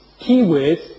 keywords